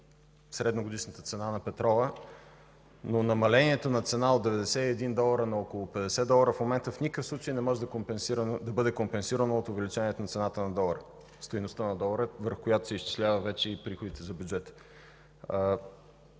средногодишната цена на петрола, но намаленията на цена от 91 долара на около 50 долара в момента в никакъв случай не може да бъде компенсирано от увеличението на цената на долара – стойността на долара, върху която се изчисляват вече и приходите за бюджета.